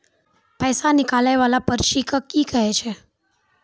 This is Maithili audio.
पैसा निकाले वाला पर्ची के की कहै छै?